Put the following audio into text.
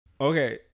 Okay